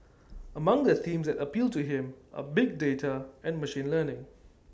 among the themes that appeal to him are big data and machine learning